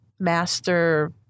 master